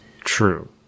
true